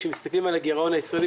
כשמסתכלים על הגרעון הישראלי,